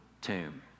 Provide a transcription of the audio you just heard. tomb